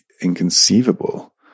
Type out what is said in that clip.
inconceivable